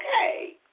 Okay